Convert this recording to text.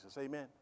Amen